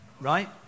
right